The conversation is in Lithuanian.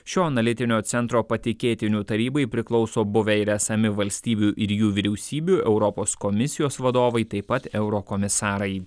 šio analitinio centro patikėtinių tarybai priklauso buvę ir esami valstybių ir jų vyriausybių europos komisijos vadovai taip pat eurokomisarai